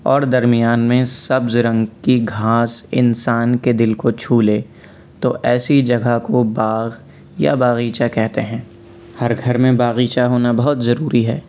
اور درمیان میں سبز رنگ کی گھاس انسان کے دل کو چھو لے تو ایسی جگہ کو باغ یا باغیچہ کہتے ہیں ہر گھر میں باغیچہ ہونا بہت ضروری ہے